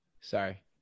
Sorry